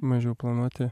mažiau planuoti